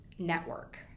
Network